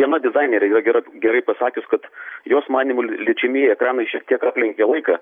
viena dizainerė yra gerai gera pasakius kad jos manymu liečiamieji ekranai šiek tiek aplenkė laiką